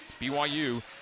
BYU